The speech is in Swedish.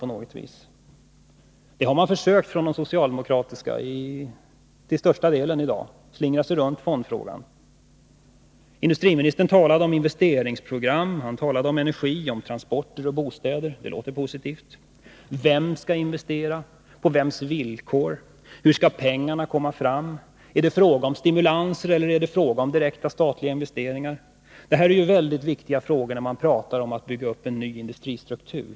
De flesta socialdemokrater som har deltagit i debatten i dag har försökt att slingra sig runt fondfrågan. Industriministern talade om investeringsprogram, energi, transporter och bostäder. Det låter positivt. Vem skall investera, vem bestämmer villkoren, hur skall pengarna tas fram, är det fråga om stimulanser eller direkta statliga investeringar? Det är mycket viktiga frågor när man talar om att bygga upp en ny industristruktur.